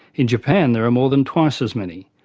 in japan there are more than twice as many,